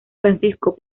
francisco